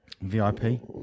VIP